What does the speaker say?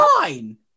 Nine